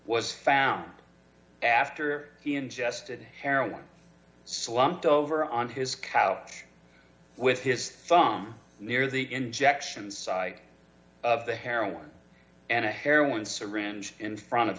was found after he ingested heroin slumped over on his couch with his thumb near the injections of the heroin and a heroin syringe in front of